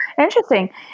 interesting